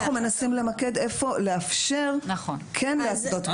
אנחנו מנסים למקד איפה לאפשר כן להתנות ---.